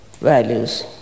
values